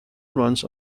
runs